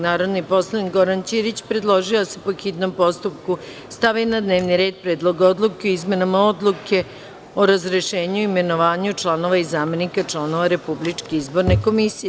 Narodni poslanik Goran Ćirić predložio je da se po hitnom postupku stavi na dnevni red - Predlog odluke o izmenama Odluke o razrešenju i imenovanju članova i zamenika članova Republičke izborne komisije.